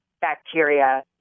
bacteria